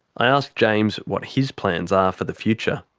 i ask james what his plans are for the future.